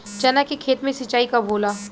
चना के खेत मे सिंचाई कब होला?